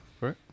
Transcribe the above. right